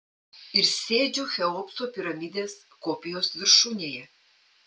ir sėdžiu cheopso piramidės kopijos viršūnėje